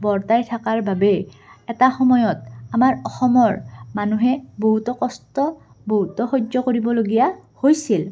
বৰ্তাই থাকাৰ বাবে এটা সময়ত আমাৰ অসমৰ মানুহে বহুতো কষ্ট বহুতো সহ্য কৰিবলগীয়া হৈছিল